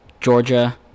Georgia